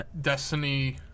Destiny